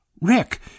Rick